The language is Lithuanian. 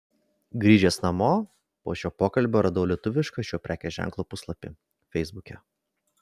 grįžęs namo po šio pokalbio radau lietuvišką šio prekės ženklo puslapį feisbuke